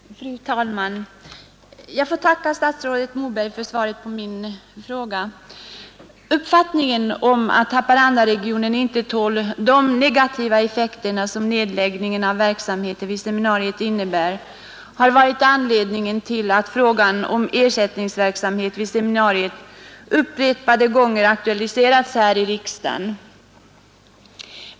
Fru talman! Jag ber att få tacka statsrådet Moberg för svaret på min fråga. Uppfattningen om att Haparanda inte skulle tåla de negativa effekter som nedläggningen av verksamheten vid seminariet innebär har varit anledningen till att frågan om ersättningsverksamhet vid seminariet upprepade gånger har aktualiserats här i riksdagen.